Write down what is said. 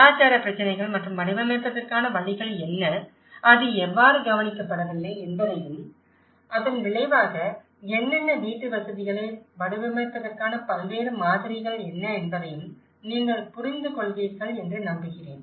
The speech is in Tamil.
கலாச்சார பிரச்சினைகள் மற்றும் வடிவமைப்பதற்கான வழிகள் என்ன அது எவ்வாறு கவனிக்கப்படவில்லை என்பதையும் அதன் விளைவாக என்னென்ன வீட்டுவசதிகளை வடிவமைப்பதற்கான பல்வேறு மாதிரிகள் என்ன என்பதையும் நீங்கள் புரிந்துகொள்வீர்கள் என்று நம்புகிறேன்